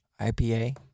IPA